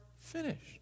finished